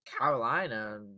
Carolina